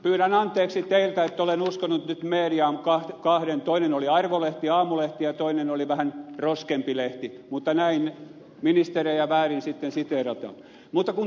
pyydän anteeksi teiltä ministerit että olen uskonut nyt kahta mediaa toinen oli arvolehti aamulehti ja toinen oli vähän roskempi lehti mutta näin ministereitä väärin sitten siteerataan mutta kun täällä on vedottu siihen